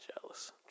jealous